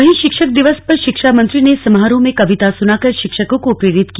वहीं शिक्षक दिवस पर शिक्षा मंत्री ने समारोह में कविता सुनाकर शिक्षकों को प्रेरित किया